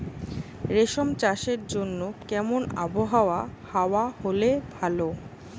রেশম চাষের জন্য কেমন আবহাওয়া হাওয়া হলে ভালো?